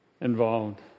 involved